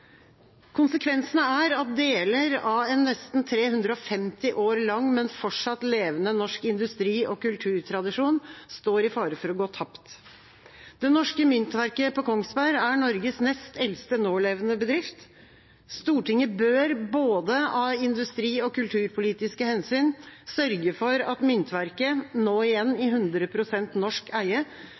er at deler av en nesten 350 år lang, men fortsatt levende, norsk industri- og kulturtradisjon står i fare for å gå tapt. Det Norske Myntverket på Kongsberg er Norges nest eldste nålevende bedrift. Stortinget bør, av både industri- og kulturpolitiske hensyn, sørge for at Myntverket, nå igjen i 100 pst. norsk eie,